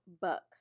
Buck